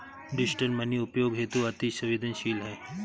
digital money उपयोग हेतु अति सवेंदनशील है